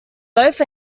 both